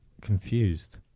confused